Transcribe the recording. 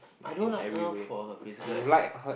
I don't like her for her physical aspect